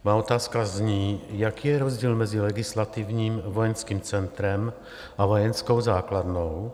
Má otázka zní: Jaký je rozdíl mezi legislativním vojenským centrem a vojenskou základnou?